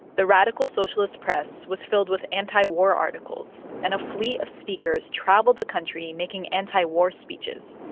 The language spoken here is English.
the radical socialist press was filled with anti-war articles, and a fleet of speakers traveled the country making anti-war speeches,